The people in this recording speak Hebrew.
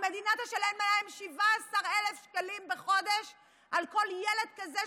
המדינה תשלם להם 17,000 בחודש על כל ילד כזה,